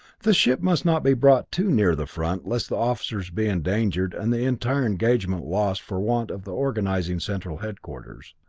the ship must not be brought too near the front lest the officers be endangered and the entire engagement lost for want of the organizing central headquarters.